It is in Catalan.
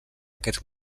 aquests